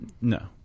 No